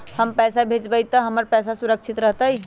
हम पैसा भेजबई तो हमर पैसा सुरक्षित रहतई?